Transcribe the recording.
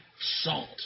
salt